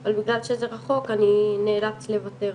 אבל בגלל שזה רחוק אני נאלץ לוותר עליהם.